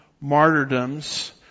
martyrdoms